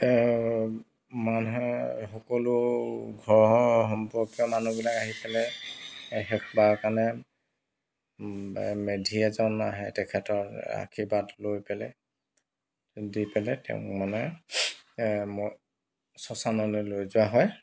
মানে সকলো ঘৰৰ সম্পৰ্কীয় মানুহবিলাক আহি পেলাই শেষবাৰৰ কাৰণে মেধি এজন আহে তেখেতৰ আশীৰ্বাদ লৈ পেলাই দি পেলাই তেওঁক মানে শ্মশানলৈ লৈ যোৱা হয়